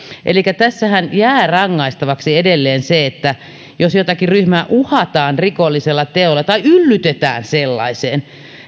niin tässähän jää rangaistavaksi edelleen se jos jotakin ryhmää uhataan rikollisella teolla tai yllytetään sellaiseen